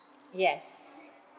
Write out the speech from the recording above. yes